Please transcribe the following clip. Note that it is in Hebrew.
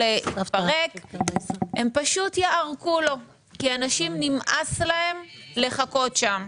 התפרק הם פשוט יערקו לו כי לאנשים נמאס לחכות שם.